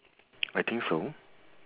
I think so